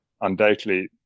undoubtedly